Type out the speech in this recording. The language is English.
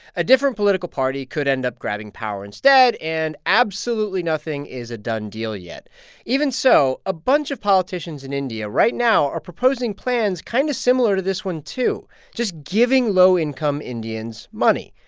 a different political party could end up grabbing power instead, and absolutely nothing is a done deal yet even so, a bunch of politicians in india right now are proposing plans kind of similar to this one, too just giving low-income indians money.